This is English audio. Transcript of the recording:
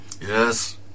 Yes